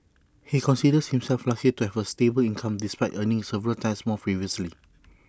he considers himself lucky to have A stable income despite earning several times more previously